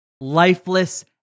lifeless